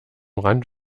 rand